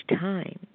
time